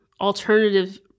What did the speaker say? alternative